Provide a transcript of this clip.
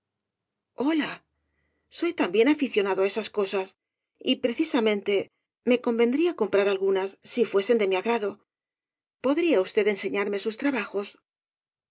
hola soy también aficionado á esas cosas y precisamente me convendría comprar algunas si fuesen de mi agrado podría usted enseñarme sus trabajos